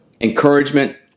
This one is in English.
encouragement